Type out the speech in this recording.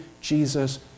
Jesus